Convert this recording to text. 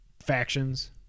factions